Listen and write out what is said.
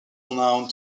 known